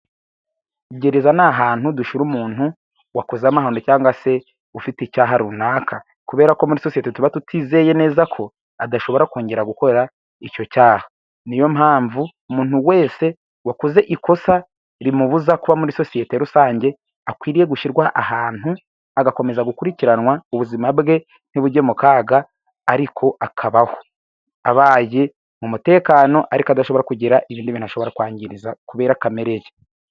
Gereza ni ahantu dushyira umuntu wakoze amahano cyangwa se ufite icyaha runaka, kubera ko muri sosiyete tuba tutizeye neza ko adashobora kongera gukora icyo cyaha, ni yo mpamvu umuntu wese wakoze ikosa rimubuza kuba muri sosiyete rusange akwiriye gushyirwa ahantu, agakomeza gukurikiranwa ubuzima bwe ntibujye mu kaga, ariko akabaho abaye mu mutekano ariko adashobora kugira ibindi bintu ashobora kwangiriza kubera kamere ye.